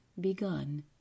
begun